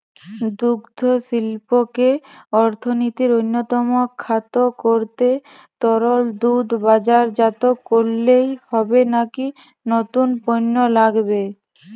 দুগ্ধশিল্পকে অর্থনীতির অন্যতম খাত করতে তরল দুধ বাজারজাত করলেই হবে নাকি নতুন পণ্য লাগবে?